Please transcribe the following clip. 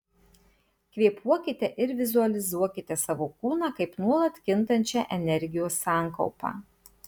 kvėpuokite ir vizualizuokite savo kūną kaip nuolat kintančią energijos sankaupą